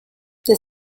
the